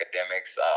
academics